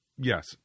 yes